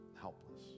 helpless